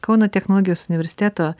kauno technologijos universiteto